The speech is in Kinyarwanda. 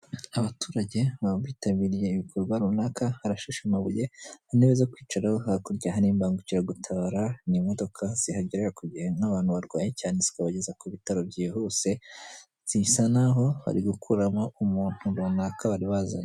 Abaturage aho bitabiriye ibikorwa runaka, harashashe amabuye, intebe zo kwicaraho hakurya hari n' imbangukiragutabara, ni imodoka zihagerera ku gihe nk'abantu barwaye cyane zikabageza ku bitaro byihuse, zisa naho bari gukuramo umuntu runaka bari bazanye.